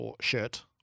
shirt